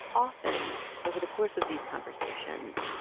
often, over the course of these conversations,